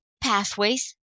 pathways